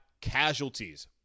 casualties